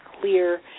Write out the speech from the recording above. clear